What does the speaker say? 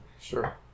Sure